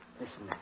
Listen